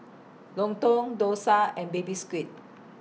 Lontong Dosa and Baby Squid